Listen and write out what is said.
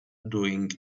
doing